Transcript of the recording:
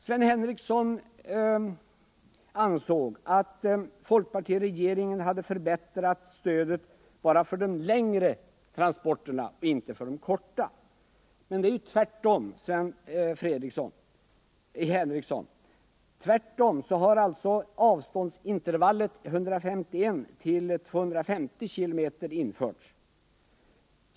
Sven Henricsson ansåg att folkpartiregeringen förbättrat stödet bara för längre sträckor och inte för de korta sträckorna. Men det är ju tvärtom, Sven Henricsson. Avståndsintervallet 151-250 km har införts.